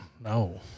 No